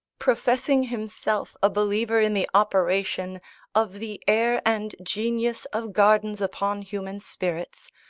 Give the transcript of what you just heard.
professing himself a believer in the operation of the air and genius of gardens upon human spirits,